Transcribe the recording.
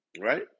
right